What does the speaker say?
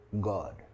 God